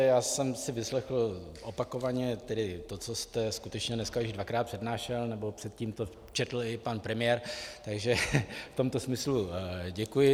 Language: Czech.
Já jsem si vyslechl opakovaně tedy to, co jste skutečně dneska již dvakrát přednášel, nebo předtím to četl i pan premiér, takže v tomto smyslu děkuji.